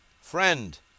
Friend